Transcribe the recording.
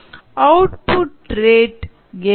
output rate என்ன